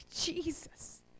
Jesus